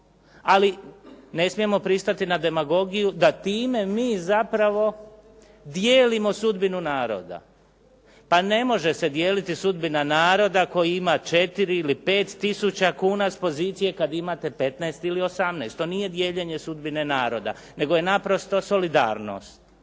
ali ne smijemo pristati na demagogiju da time mi zapravo dijelimo sudbinu naroda. Pa ne može se dijeliti sudbina naroda koji ima 4 ili 5 tisuća kuna s pozicije kad imate 15 ili 18, to nije dijeljenje sudbine naroda, nego je naprosto solidarnost